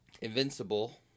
Invincible